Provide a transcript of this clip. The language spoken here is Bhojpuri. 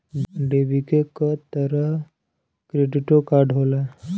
डेबिटे क तरह क्रेडिटो कार्ड होला